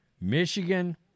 Michigan